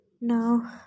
No